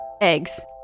eggs